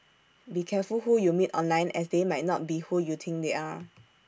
be careful who you meet online as they might not be who you think they are